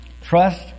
trust